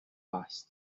past